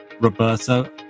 Roberto